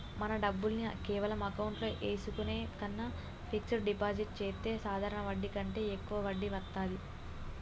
మన డబ్బుల్ని కేవలం అకౌంట్లో ఏసుకునే కన్నా ఫిక్సడ్ డిపాజిట్ చెత్తే సాధారణ వడ్డీ కంటే యెక్కువ వడ్డీ వత్తాది